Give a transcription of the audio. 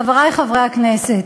חברי חברי הכנסת,